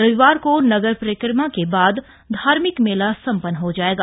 रविवार को नगर परिक्रमा के बाद धार्मिक मेला संपन्न हो जाएगा